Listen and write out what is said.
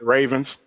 Ravens